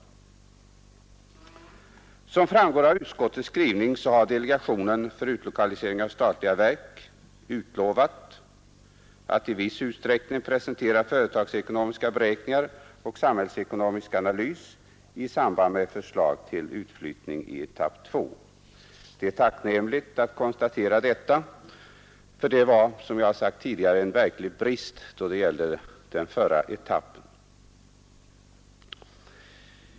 Som framgår av utskottets skrivning har delegationen för utlokalisering av statliga verk utlovat att i viss utsträckning presentera företagsekonomiska beräkningar och samhällsekonomisk analys i samband med förslag till utflyttning i etapp 2. Det är tacknämligt att vi kan konstatera detta, för det var, som jag sagt tidigare, en verklig brist då det gällde den förra etappen.